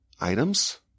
items